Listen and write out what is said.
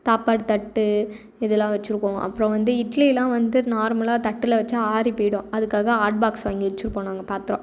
சாப்பாடு தட்டு இதெல்லாம் வச்சிருக்கோம் அப்புறம் வந்து இட்லியெலாம் வந்து நார்மலாக தட்டில் வச்சால் ஆறி போய்டும் அதுக்காக ஹாட் பாக்ஸ் வாங்கி வச்சிருப்போம் நாங்கள் பாத்திரம்